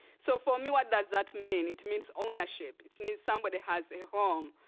so for me, what does that mean? it it means ownership. it means somebody has a home,